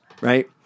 Right